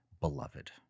beloved